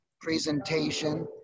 presentation